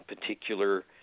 particular